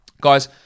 Guys